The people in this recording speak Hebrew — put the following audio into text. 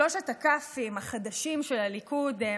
שלושת הכ"פים החדשים של הליכוד הם: